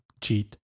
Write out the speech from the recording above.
cheat